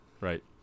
right